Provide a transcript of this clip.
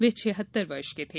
वे छियहत्तर वर्ष के थे